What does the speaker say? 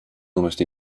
almost